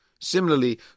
Similarly